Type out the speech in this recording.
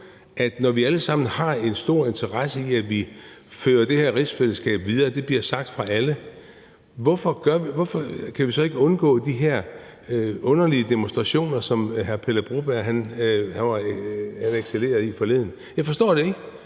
vi, når vi alle sammen har en stor interesse i, at vi fører det her rigsfællesskab videre – og det bliver sagt af alle – så ikke kan undgå de her underlige demonstrationer, som Pele Broberg excellerede i forleden. Jeg forstår det ikke.